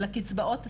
לקצבאות עצמן.